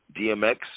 DMX